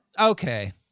Okay